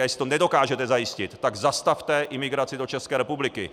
A jestli to nedokážete zajistit, tak zastavte imigraci do České republiky.